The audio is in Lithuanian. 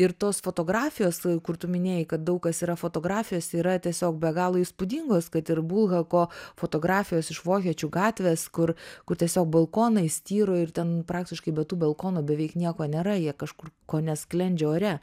ir tos fotografijos kur tu minėjai kad daug kas yra fotografijos yra tiesiog be galo įspūdingos kad ir bulhako fotografijos iš vokiečių gatvės kur kur tiesiog balkonai styro ir ten praktiškai be tų balkono beveik nieko nėra jie kažkur kone sklendžia ore